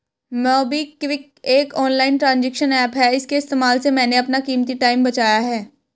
MobiKwik एक online transaction app है इसके इस्तेमाल से मैंने अपना कीमती टाइम बचाया है